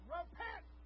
Repent